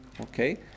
Okay